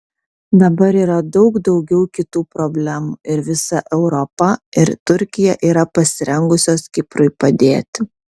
dabar yra daug daugiau kitų problemų ir visa europa ir turkija yra pasirengusios kiprui padėti